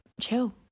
chill